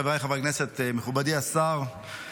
של חברי הכנסת יונתן מישרקי וארז מלול.